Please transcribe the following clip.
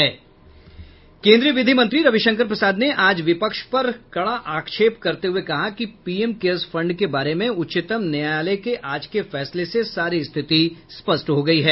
केंद्रीय विधि मंत्री रविशंकर प्रसाद ने आज विपक्ष पर कड़ा आक्षेप करते हुए कहा कि पीएम केयर्स फंड के बारे में उच्चतम न्यायालय के आज के फैसले से सारी स्थिति स्पष्ट हो गई है